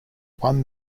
won